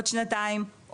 עוד שנתיים,